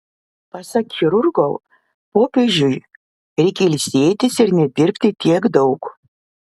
pasak chirurgo popiežiui reikia ilsėtis ir nedirbti tiek daug